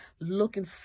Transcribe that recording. Looking